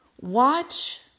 Watch